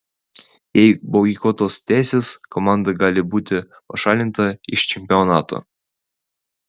jei boikotas tęsis komanda gali būti pašalinta iš čempionato